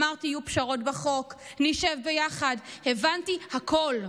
אמרתי: יהיו פשרות בחוק, נשב יחד, הבנתי הכול.